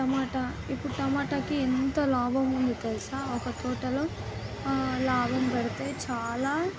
తమాట ఇప్పుడు టమాటాకి ఎంత లాభం ఉంది తెలుసా ఒక తోటలో లాభం పెడితే చాలా